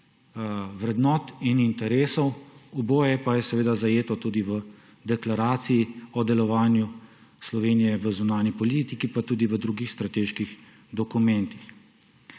vrednot in interesov. Oboje je zajeto v deklaraciji o delovanju Slovenije v zunanji politiki pa tudi v drugih strateških dokumentih.